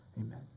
Amen